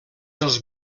els